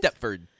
Stepford